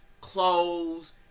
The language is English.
clothes